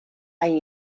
hain